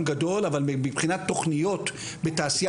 חשוב לי לומר שיש מספר רב של עבודות מטה מאוד משמעותיות.